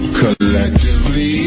collectively